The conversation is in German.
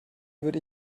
würde